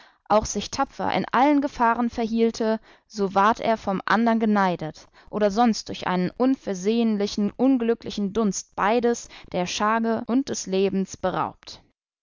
auch sich tapfer in allen gefahren verhielte so ward er von andern geneidet oder sonst durch einen unversehenlichen unglücklichen dunst beides der scharge und des lebens beraubt